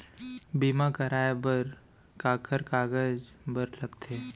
बीमा कराय बर काखर कागज बर लगथे?